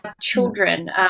children